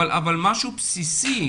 אבל משהו בסיסי.